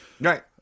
right